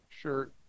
Sure